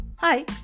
Hi